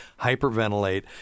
hyperventilate